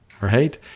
right